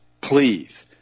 please